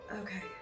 Okay